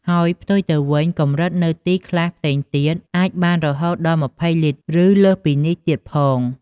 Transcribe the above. ហើយផ្ទុយទៅវិញកម្រិតនៅទីខ្លះផ្សេងទៀតអាចបានរហូតដល់២០លីត្រ ឬលើសពីនោះទៀតផង។